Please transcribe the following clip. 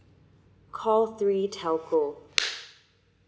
call three telco